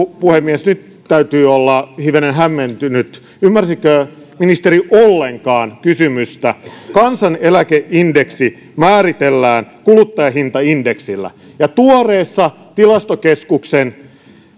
puhemies nyt täytyy olla hivenen hämmentynyt ymmärsikö ministeri ollenkaan kysymystä kansaneläkeindeksi määritellään kuluttajahintaindeksillä ja tuoreessa tilastokeskuksen